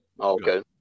Okay